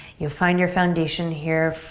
you'll find your foundation here.